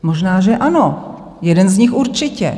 Možná že ano, jeden z nich určitě.